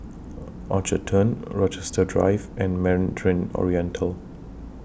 Orchard Turn Rochester Drive and Mandarin Oriental